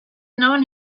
known